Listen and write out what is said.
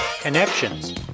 connections